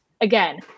Again